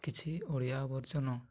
କିଛି ଅଳିଆ ଆବର୍ଜନା